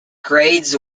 grades